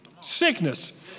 sickness